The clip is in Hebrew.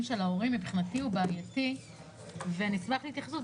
של ההורים הוא בעייתי ואני אשמח להתייחסות.